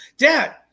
Dad